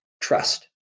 trust